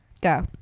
Go